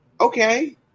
Okay